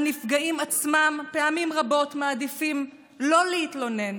הנפגעים עצמם פעמים רבות מעדיפים לא להתלונן,